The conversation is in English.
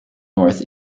north